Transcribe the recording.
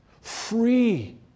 Free